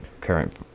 current